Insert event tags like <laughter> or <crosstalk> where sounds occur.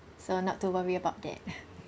so not to worry about that <laughs>